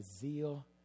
zeal